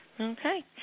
Okay